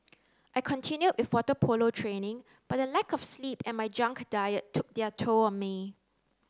I continued with water polo training but the lack of sleep and my junk diet took their toll on me